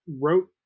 wrote